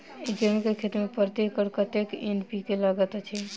गेंहूँ केँ खेती मे प्रति एकड़ कतेक एन.पी.के लागैत अछि?